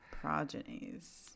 Progenies